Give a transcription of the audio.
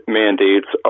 mandates